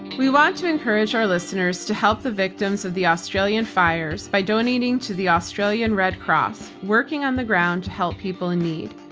we want to encourage our listeners to help the victims of the australian fires by donating to the australian red cross, working on the ground to help people in need.